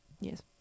Yes